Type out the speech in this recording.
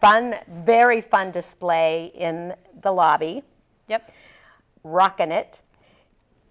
fun very fun display in the lobby yep rock and it